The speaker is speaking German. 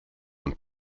und